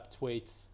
tweets